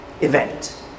event